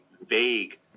vague